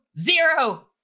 zero